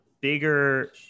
bigger